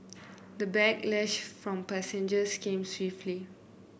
the backlash from passengers came swiftly